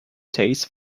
taste